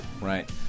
Right